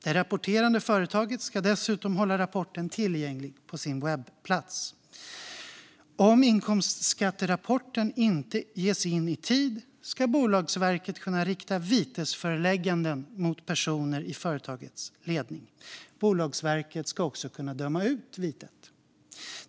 Det rapporterande företaget ska dessutom hålla rapporten tillgänglig på sin webbplats. Om inkomstskatterapporten inte ges in i tid ska Bolagsverket kunna rikta vitesförelägganden mot personer i företagets ledning. Bolagsverket ska också kunna döma ut vitet.